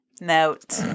note